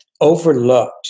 overlooked